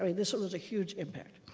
i mean this was a huge impact.